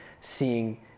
seeing